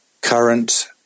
current